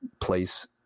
place